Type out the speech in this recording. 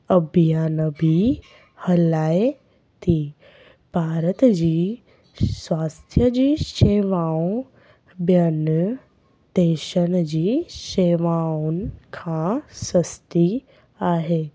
अभियान बि हलाए थी भारत जी स्वास्थ्य जी शेवाऊं ॿियनि देशनि जी शेवाउनि खां सस्ती आहे